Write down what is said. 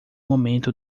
momento